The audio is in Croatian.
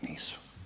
Nisu.